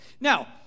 Now